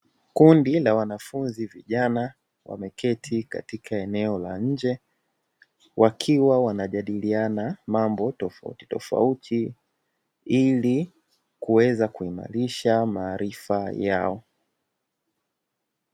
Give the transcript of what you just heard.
Kundi la wanafunzi vijana, wameketi katika eneo la nje, wakiwa wanajadiliana mambo tofautitofauti ili kuweza kuimarisha maarifa yao.